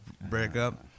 breakup